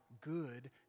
good